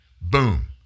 Boom